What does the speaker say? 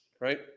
Right